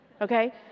okay